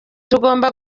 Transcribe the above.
tugomba